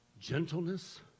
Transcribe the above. Gentleness